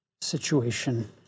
situation